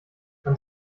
man